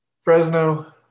Fresno